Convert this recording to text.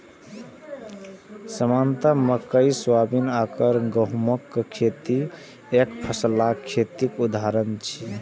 सामान्यतः मकइ, सोयाबीन आ गहूमक खेती एकफसला खेतीक उदाहरण छियै